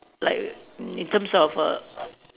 like in in terms of err